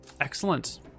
Excellent